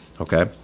Okay